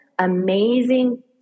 amazing